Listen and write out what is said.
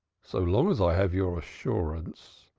so long as i have your assurance,